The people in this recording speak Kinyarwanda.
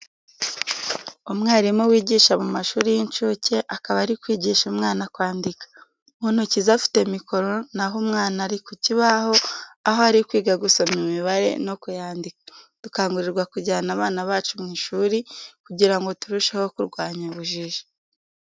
Umwarimu wigisha mu mashuri y'incuke, akaba ari kwigisha umwana kwandika. Mu ntoki ze afite mikoro na ho umwana ari ku kibaho aho ari kwiga gusoma imibare no kuyandika. Dukangurirwa kujyana abana bacu mu ishuri kugira ngo turusheho kurwanya ubujiji.